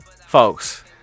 folks